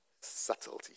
subtlety